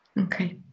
Okay